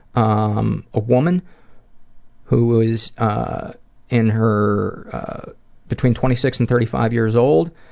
um a woman who is ah in her between twenty six and thirty five years old.